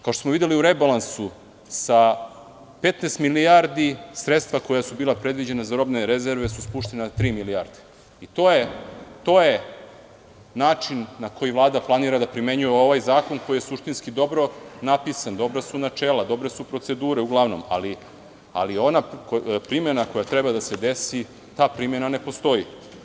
Kao što smo videli u rebalansu sa 15 milijardi sredstva koja su bila predviđena za robne rezerve su spuštena na tri milijarde i to je način na koji Vlada planira da primenjuje ovaj zakon koji je suštinski dobro napisan, dobra su načela, dobre su procedure uglavnom, ali primena koja treba da se desi ne postoji.